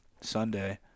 Sunday